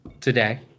today